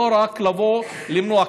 ולא רק לבוא למנוע,